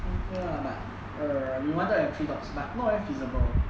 okay lah but err we wanted to have three dogs but not very feasible